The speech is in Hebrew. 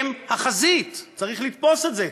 הם החזית, צריך לתפוס את זה.